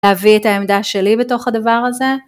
להביא את העמדה שלי בתוך הדבר הזה.